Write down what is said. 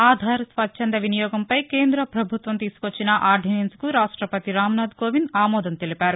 ఆధార్ స్వచ్చంద వినియోగంపై కేంద్ర పభుత్వం తీసుకొచ్చిన ఆర్దినెస్సికు రాష్టపతి రాంమ్నాథ్ కోవింద్ ఆమోదం తెలిపారు